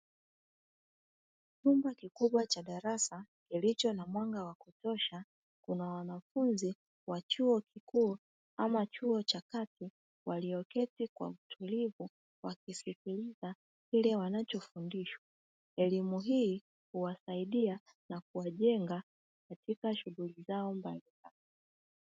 Chumba kikubwa cha darasa kilicho na mwanga wa kutosha, kuna wanafunzi wa chuo kikuu ama chuo cha kati; walioketi kwa utulivu wakisikiliza kile wanachofundishwa. Elimu hii huwasaidia na kuwajenga katika shughuli zao mbalimbali.